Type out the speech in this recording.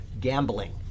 gambling